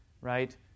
right